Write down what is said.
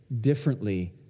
differently